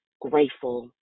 grateful